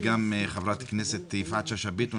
וגם את חברת הכנסת יפעת שאשא ביטון,